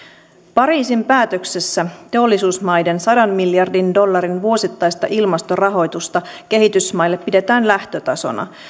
pariisin päätöksessä teollisuusmaiden sadan miljardin dollarin vuosittaista ilmastorahoitusta kehitysmaille pidetään lähtötasona